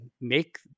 make